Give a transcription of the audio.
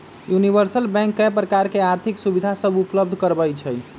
universal bank कय प्रकार के आर्थिक सुविधा सभ उपलब्ध करबइ छइ